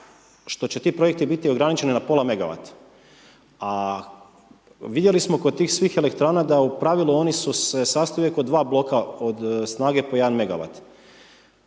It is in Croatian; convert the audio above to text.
što će ti projekti biti ograničeni na pola megawata, a vidjeli smo kod tih svih elektrana da u pravilu oni su se sastoje uvijek od dva bloka od snage po 1 megawat,